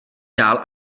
dál